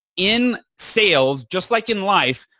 in sales, just like in life,